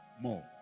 More